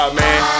man